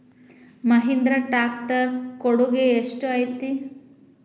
Mahindra tractor ಕೊಡುಗೆ ಎಷ್ಟು ಐತಿ?